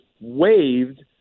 waived